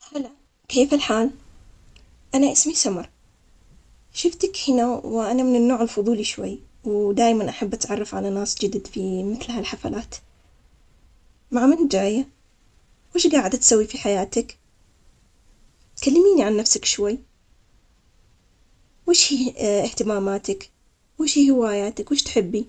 هلا والله بيك, شلونك؟ شعلومك؟ إنتا جديد هنا؟ آني سعيد إني تعرفت عليك وشفتك في هاي الحفلة, وهالحفلة وايد حلوة، إيش رأيك انت فيها؟ إيش رأيك بالأجواء؟ عشى تكون عجبتك، إيش رأيك بالطعام الموجود؟ علمني، وين تسكن انتا؟ قريب من المكان؟ ولا بيتك بعيد عن هنا؟